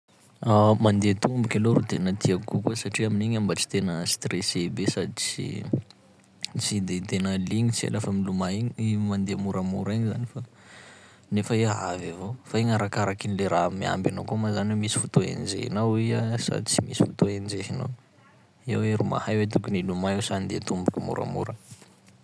Mandeha tomboky aloha ro tena tiako kokoa satria amin'igny ah mba tsy tena stressé be, sady tsy- tsy de tena lignitsy lafa milomay igny i mandeha moramora igny zany fa, nefa iha avy avao, fa igny arakarakin'le raha miamby anao koa ma zany hoe misy fotoa enjehinao iha sa tsy misy fotoa enjehinao, eo i ro mahay hoe tokony hilomay sa andeha tomboky moramora.